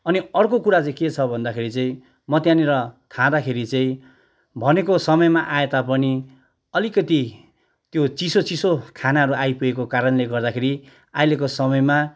अनि अर्को कुरा चाहिँ के छ भन्दाखेरि चाहिँ म त्यहाँनिर खाँदाखेरि चाहिँ भनेको समयमा आए तापनि अलिकति त्यो चिसो चिसो खानाहरू आइपुगेको कारणले गर्दाखेरि अहिलेको समयमा